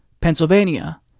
Pennsylvania